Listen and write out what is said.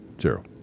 zero